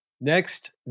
Next